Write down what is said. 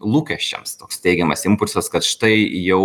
lūkesčiams toks teigiamas impulsas kad štai